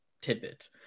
tidbit